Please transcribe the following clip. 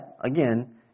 again